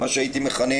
מה שהייתי מכנה